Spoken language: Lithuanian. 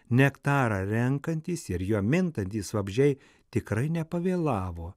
nektarą renkantys ir juo mintantys vabzdžiai tikrai nepavėlavo